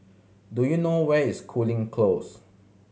do you know where is Cooling Close